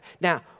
Now